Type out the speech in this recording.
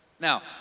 Now